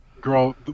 Girl